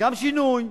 וגם שינוי,